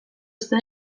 zen